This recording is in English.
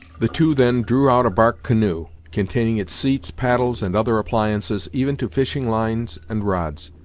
the two then drew out a bark canoe, containing its seats, paddles, and other appliances, even to fishing-lines and rods.